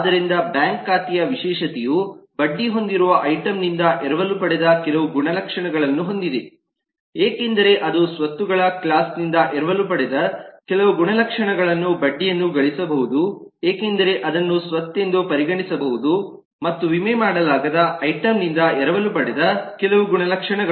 ಆದ್ದರಿಂದ ಬ್ಯಾಂಕ್ ಖಾತೆಯ ವಿಶೇಷತೆಯು ಬಡ್ಡಿ ಹೊಂದಿರುವ ಐಟಂ ನಿಂದ ಎರವಲು ಪಡೆದ ಕೆಲವು ಗುಣಲಕ್ಷಣಗಳನ್ನು ಹೊಂದಿದೆ ಏಕೆಂದರೆ ಅದು ಅಸೆಟ್ ಕ್ಲಾಸ್ ನಿಂದ ಎರವಲು ಪಡೆದ ಕೆಲವು ಅಸೆಟ್ಗಳ ಮೇಲೆ ಬಡ್ಡಿಯನ್ನು ಗಳಿಸಬಹುದು ಏಕೆಂದರೆ ಇದನ್ನು ಅಸೆಟ್ ಎಂದು ಪರಿಗಣಿಸಬಹುದು ಮತ್ತು ವಿಮೆ ಮಾಡಬಹುದಾದ ಐಟಂನಿಂದ ಎರವಲು ಪಡೆದ ಕೆಲವು ಆಸ್ತಿಗಳು ಆಗಿವೆ